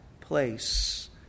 place